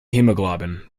hemoglobin